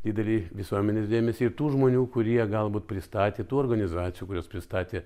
didelį visuomenės dėmesį ir tų žmonių kurie galbūt pristatė tų organizacijų kurios pristatė